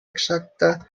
exacta